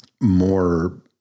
more